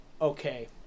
okay